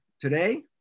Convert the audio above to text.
Today